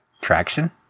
Traction